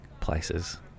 places